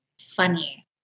funny